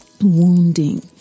wounding